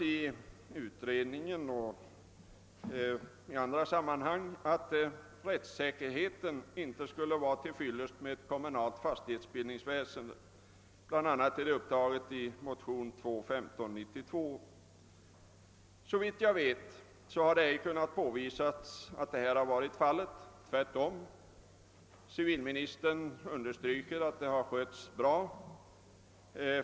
I utredningen och i andra sammanhang, bl.a. i motionen II: 1592, har det hävdats att rättssäkerheten inte skulle vara till fyllest i det kommunala fastighetsbildningsväsendet. Såvitt jag vet har det inte kunnat påvisas att så skulle vara fallet. Tvärtom har civilministern understrukit att den verksamheten har skötts bra.